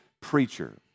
preacher